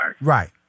Right